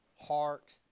heart